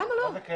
למה לא?